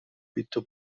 veto